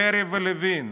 דרעי ולוין.